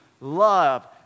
love